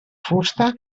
fusta